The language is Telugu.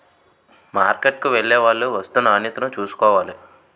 మార్కెట్కు వెళ్లేవాళ్లు వస్తూ నాణ్యతను చూసుకోవాలి